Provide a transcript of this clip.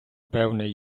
певний